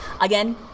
again